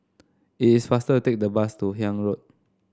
it is faster take the bus to Haig Road